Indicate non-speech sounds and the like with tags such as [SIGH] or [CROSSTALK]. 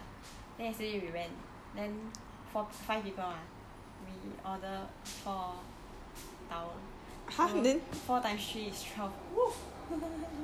then yesterday we went then fou~ five people mah we order four tower so four times three is twelve !woo! [LAUGHS]